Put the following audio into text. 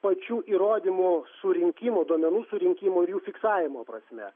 pačių įrodymų surinkimo duomenų surinkimo jų fiksavimo prasme